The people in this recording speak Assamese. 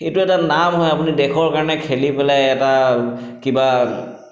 এইটো এটা নাম হয় আপুনি দেশৰ কাৰণে খেলি পেলাই এটা কিবা